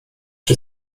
czy